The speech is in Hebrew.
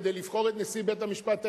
כדי לבחור את נשיא בית-המשפט העליון.